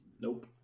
Nope